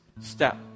step